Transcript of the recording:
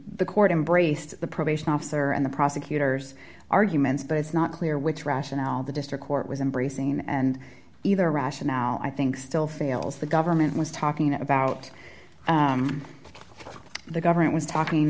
the court embraced the probation officer and the prosecutor's arguments but it's not clear which rationale the district court was embracing and either rationale i think still fails the government was talking about the government was talking